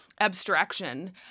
abstraction